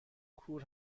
کور